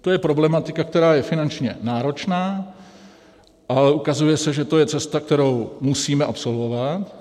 To je problematika, která je finančně náročná, ale ukazuje se, že to je cesta, kterou musíme absolvovat.